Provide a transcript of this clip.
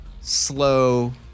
slow